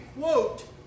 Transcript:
quote